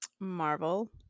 marvel